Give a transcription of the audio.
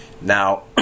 Now